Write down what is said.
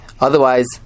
Otherwise